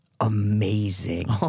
Amazing